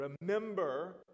remember